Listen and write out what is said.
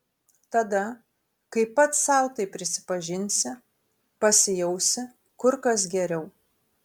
tada kai pats sau tai prisipažinsi pasijausi kur kas geriau